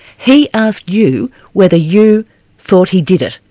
he asked you whether you thought he did it,